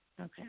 Okay